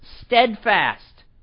steadfast